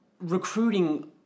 recruiting